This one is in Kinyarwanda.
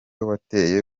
wateye